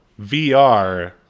VR